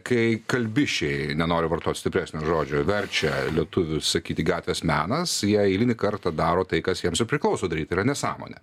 kai kalbišiai nenoriu vartoti stipresnio žodžio verčia į lietuvių sakyti gatvės menas jie eilinį kartą daro tai kas jiems ir priklauso daryt tai yra nesąmonė